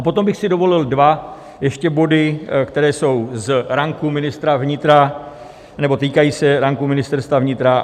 Potom bych si dovolil ještě dva body, které jsou z ranku ministra vnitra nebo týkají se ranku Ministerstva vnitra.